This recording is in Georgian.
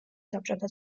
საბჭოთა